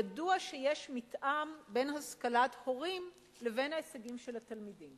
ידוע שיש מתאם בין השכלת ההורים לבין ההישגים של התלמידים,